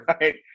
Right